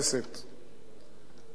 עוד מעט נעילה.